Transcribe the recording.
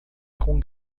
com